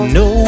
no